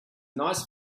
nice